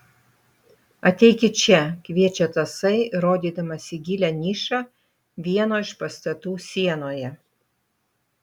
ateikit čia kviečia tasai rodydamas į gilią nišą vieno iš pastatų sienoje